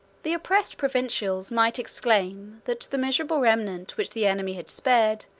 the oppressed provincials might exclaim, that the miserable remnant, which the enemy had spared,